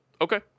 Okay